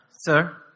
sir